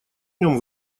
нем